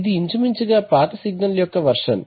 ఇది ఇంచుమించు గా పాత సిగ్నల్ యొక్క వెర్షన్